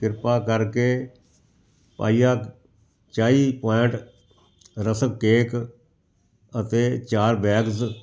ਕਿਰਪਾ ਕਰਕੇ ਪਾਈਆ ਚਾਈ ਪੁਆਇੰਟ ਰਸਕ ਕੇਕ ਅਤੇ ਚਾਰ ਬੈਗਜ਼